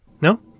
No